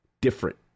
different